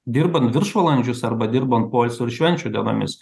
dirbant viršvalandžius arba dirbant poilsio ir švenčių dienomis